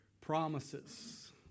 promises